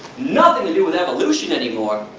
nothing to do with evolution anymore.